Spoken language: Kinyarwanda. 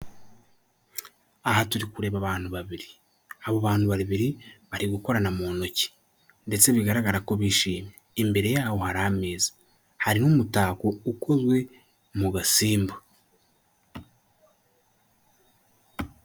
Aha turi kureba abantu babiri. Abo bantu babiri bari gukorana mu ntoki, ndetse bigaragara ko bishimye, imbere yabo hari ameza, hari n'umutako ukozwe mu gasimba.